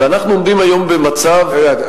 אנחנו עומדים היום במצב, רגע.